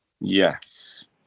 Yes